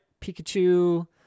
Pikachu